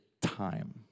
time